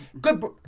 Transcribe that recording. good